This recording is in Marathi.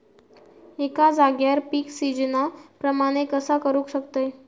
एका जाग्यार पीक सिजना प्रमाणे कसा करुक शकतय?